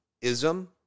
ism